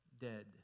dead